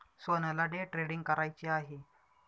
सोहनला day trading करायचे आहे